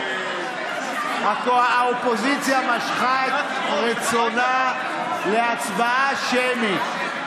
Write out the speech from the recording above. האופוזיציה משכה את רצונה להצבעה שמית.